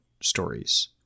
stories